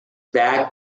backed